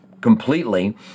completely